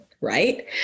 right